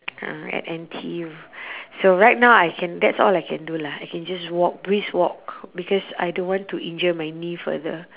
ah at N_T_U so right now I can that's all I can do lah I can just walk brisk walk because I don't want to injure my knee further